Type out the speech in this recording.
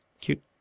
cute